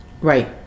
Right